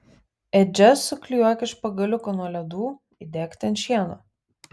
ėdžias suklijuok iš pagaliukų nuo ledų įdėk ten šieno